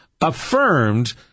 affirmed